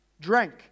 drank